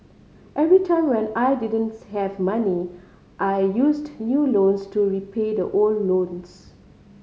every time when I didn't have money I used new loans to repay thte old loans